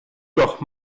doch